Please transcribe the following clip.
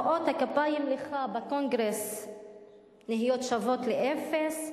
מחיאות הכפיים לך בקונגרס נהיות שוות לאפס,